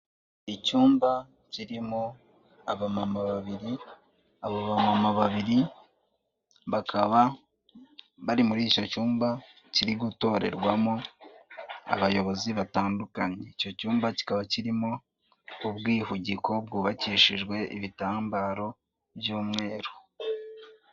Icyumba kirimo abamama babiri, abo bamama babiri bakaba bari muri icyo cyumba kiri gutorerwamo abayobozi batandukanye, icyo cyumba kikaba kirimo ubwihugiko bwubakishijwe ibitambaro by'umweru.